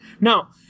Now